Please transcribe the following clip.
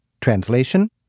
Translation